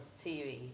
TV